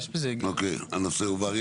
הנושא הובהר.